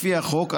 לפי החוק,